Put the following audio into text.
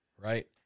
Right